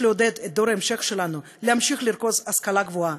יש לעודד את דור ההמשך שלנו להמשיך לרכוש השכלה גבוהה,